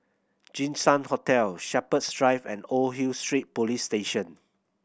Jinshan Hotel Shepherds Drive and Old Hill Street Police Station